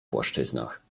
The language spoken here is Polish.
płaszczyznach